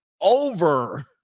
over